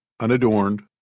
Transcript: unadorned